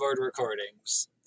recordings